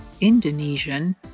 Indonesian